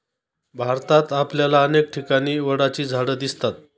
भारतात आपल्याला अनेक ठिकाणी वडाची झाडं दिसतील